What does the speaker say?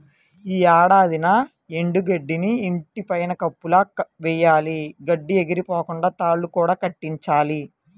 యీ ఏడాదన్నా ఎండు గడ్డిని ఇంటి పైన కప్పులా వెయ్యాల, గడ్డి ఎగిరిపోకుండా తాళ్ళు కూడా కట్టించాలి